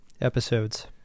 episodes